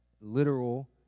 literal